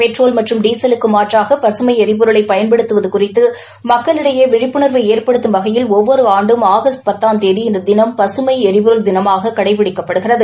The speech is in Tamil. பெட்ரோல் மற்றும் டிசலுக்கு மாற்றாக பசுமை எரிபொருளை பயன்படுத்துவது குறித்து மக்களிடையே விழிப்புணா்வை ஏற்படுத்தும் வகையில் ஒவ்வொரு ஆண்டும் ஆகஸ்ட் பத்தாம் தேதி இந்த தினம் பசுமை ளரிபொருள் தினமாக கடைபிடிக்கப்படுகிறது